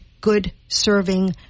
good-serving